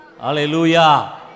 Hallelujah